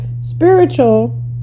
Spiritual